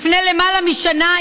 לפני למעלה משנה,